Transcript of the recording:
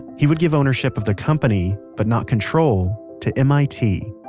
he would give ownership of the company, but not control, to mit.